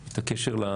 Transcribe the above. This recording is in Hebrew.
הקשר.